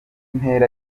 ntera